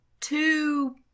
two